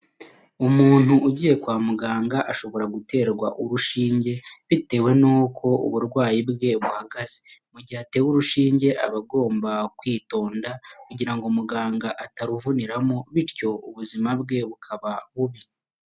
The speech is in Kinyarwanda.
Umuntu ugiye kwa ashobora guterwa urushinge bitewe nuko uburwayi bwe buhagaze, mugihe atewe urushunge aba agomba kwitonda kugira ngo muganga ataruvuniramo bityo ubuzima bwe bukaba bubi.